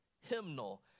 hymnal